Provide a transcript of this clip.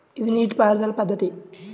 ఇది నీటిపారుదల పద్ధతి